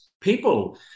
people